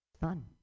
Fun